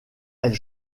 elle